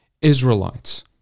Israelites